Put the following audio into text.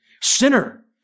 Sinner